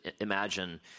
imagine